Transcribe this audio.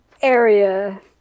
area